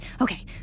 Okay